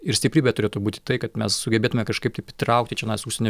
ir stiprybė turėtų būti tai kad mes sugebėtume kažkaip taip įtraukti čionais užsienio